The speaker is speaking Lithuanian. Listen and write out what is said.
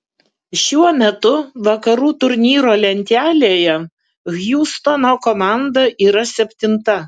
šiuo metu vakarų turnyro lentelėje hjustono komanda yra yra septinta